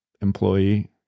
employee